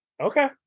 Okay